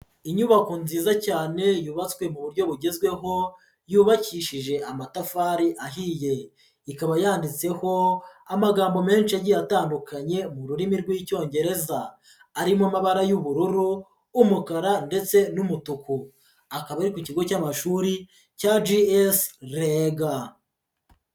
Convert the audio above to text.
Inyubako nziza cyane yubatswe mu buryo bugezweho yubakishije amatafari ahiye, ikaba yanditseho amagambo menshi agiye atandukanye mu rurimi rw'Icyongereza, arimo amabara y'ubururu n'umukara ndetse n'umutuku, akaba ari ku kigo cy'amashuri cya G.S Rega.